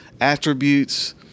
attributes